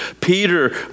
Peter